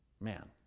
man